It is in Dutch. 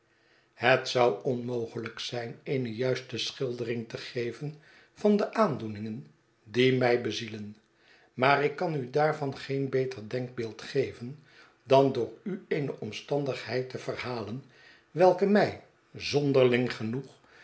het zou onmogelijk zijn eene juiste schildering te geven van de aandoeningen die mij bezielen maar ik kan u daarvan geen beter denkbeeld geven dan door u eene omstandigheid te verhalen welke mij zonderling genoeg